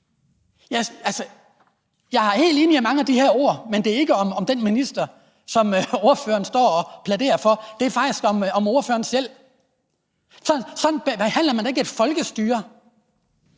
Jeg er helt enig i mange af de ord, men det er ikke om den minister, som ordføreren står og taler om; det er faktisk om ordføreren selv. Sådan behandler man ikke et folkestyre.